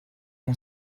mon